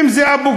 אם זה אבו-גוש,